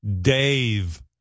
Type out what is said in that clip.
Dave